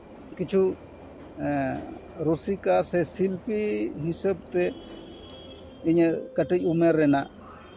ᱠᱤᱪᱷᱩ ᱮᱜ ᱨᱩᱥᱤᱠᱟ ᱥᱮ ᱥᱤᱞᱯᱤ ᱦᱤᱥᱟᱹᱵᱽ ᱛᱮ ᱤᱧᱟᱹᱜ ᱠᱟᱹᱴᱤᱡ ᱩᱢᱟᱹᱨ ᱨᱮᱱᱟᱜ